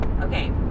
okay